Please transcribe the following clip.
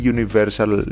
Universal